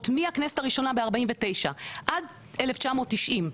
מהכנסת הראשונה ב- 1949 עד 1990,